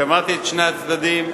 שמעתי את שני הצדדים,